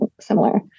similar